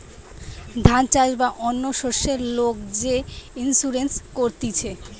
ধান চাষ বা অন্য শস্যের লোক যে ইন্সুরেন্স করতিছে